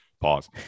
Pause